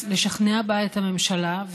לשכנע בו את הממשלה.